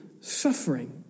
suffering